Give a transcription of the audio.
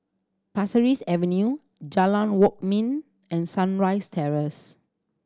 Pasir Ris Avenue Jalan Kwok Min and Sunrise Terrace